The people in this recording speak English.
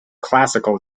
classical